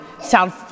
sound